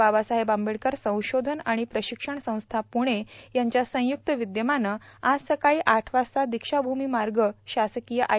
बाबासाहेब आंबेडकर संशोधन आणि प्रशिक्षण संस्था प्रणेच्या संयुक्त विद्यमानं आज सकाळी आठ वाजता दीक्षाभूमी मार्ग शासकीय आय